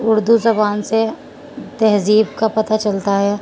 اردو زبان سے تہذیب کا پتہ چلتا ہے